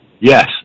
Yes